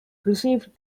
received